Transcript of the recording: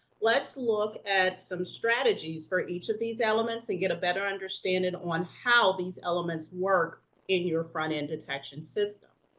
let's look at some strategies for each of these elements and get a better understanding on how these elements work in your front-end detection system.